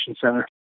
Center